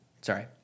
sorry